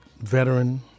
veteran